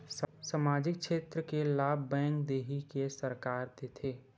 सामाजिक क्षेत्र के लाभ बैंक देही कि सरकार देथे?